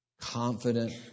confident